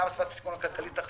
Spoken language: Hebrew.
וגם סביבת הסיכון הכלכלי-תחלואתי,